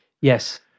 Yes